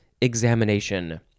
examination